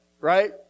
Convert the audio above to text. right